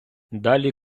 далі